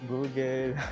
Google